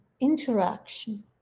interaction